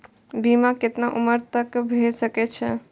बीमा केतना उम्र तक के भे सके छै?